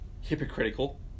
hypocritical